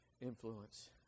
influence